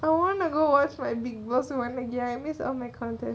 I wanna go watch my big boss one again I miss all my contact